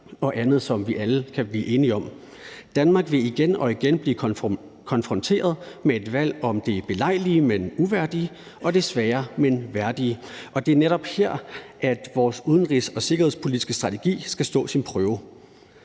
og andet, som vi alle kan blive enige om. Danmark vil igen og igen blive konfronteret med et valg om det belejlige, men uværdige, og det svære, men værdige, og det er netop her, vores udenrigs- og sikkerhedspolitiske strategi skal stå sin prøve.